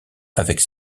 avec